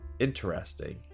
Interesting